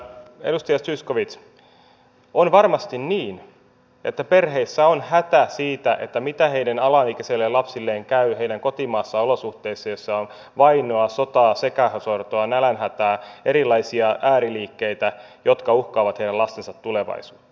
edustaja zyskowicz on varmasti niin että perheissä on hätä siitä mitä heidän alaikäisille lapsilleen käy heidän kotimaassaan olosuhteissa joissa on vainoa sotaa sekasortoa nälänhätää erilaisia ääriliikkeitä jotka uhkaavat heidän lastensa tulevaisuutta